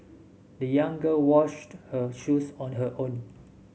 the young girl washed her shoes on her own